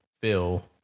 Phil